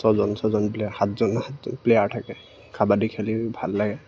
ছয়জন ছয়জন প্লেয়াৰ সাতজন সাতজন প্লেয়াৰ থাকে কাবাডী খেলি ভাল লাগে